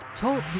Talk